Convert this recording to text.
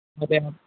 महोदय